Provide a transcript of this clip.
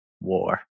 war